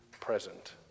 present